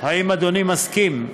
האם אדוני מסכים?